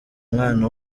umwana